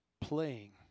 playing